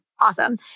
Awesome